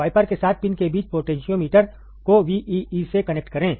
wiper के साथ pin के बीच पोटेंशियोमीटर को VEE से कनेक्ट करें